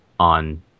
On